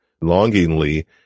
longingly